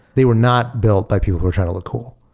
they were not built by people who are trying to look cool.